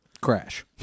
Crash